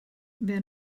wer